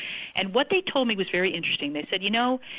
and what they told me was very interesting. they said, you know,